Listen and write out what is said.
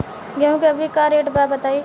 गेहूं के अभी का रेट बा बताई?